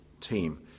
team